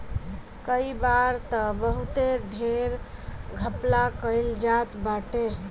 कई बार तअ बहुते ढेर घपला कईल जात बाटे